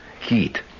heat